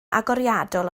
agoriadol